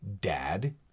Dad